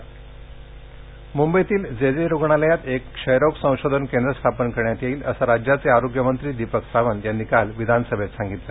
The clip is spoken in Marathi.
टीबी संशोधन केंद्र मुंबईतील जेजे रुग्णालयात एक क्षयरोग संशोधन केंद्र स्थापन करण्यात येईल असं राज्याचे आरोग्य मंत्री दीपक सावंत यांनी काल विधानसभेत सांगितलं